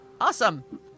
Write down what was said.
Awesome